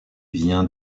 vient